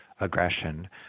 aggression